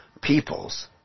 peoples